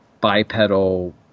bipedal